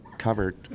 covered